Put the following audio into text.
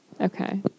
Okay